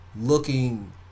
looking